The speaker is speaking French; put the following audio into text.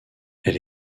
elle